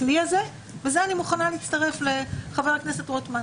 ובזה אני מוכנה להצטרף לחבר הכנסת רוטמן,